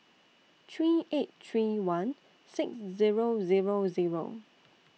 three eight three one six Zero Zero Zero